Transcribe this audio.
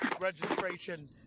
registration